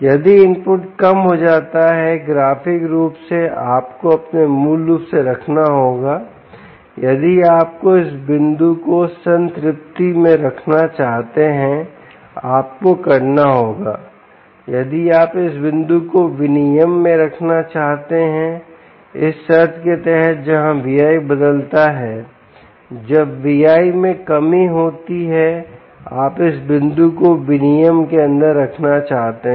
यदि इनपुट कम हो जाता है ग्राफिक रूप से आपको अपने मूल रूप से रखना होगा यदि आप इस बिंदु को संतृप्ति में रखना चाहते हैं आपको करना होगा यदि आप इस बिंदु को विनियमन में रखना चाहते हैं इस शर्त के तहत जहां Vi बदलता है जब Vi में कमी होती है आप इस बिंदु को विनियमन के अंदर रखना चाहते हैं